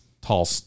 tall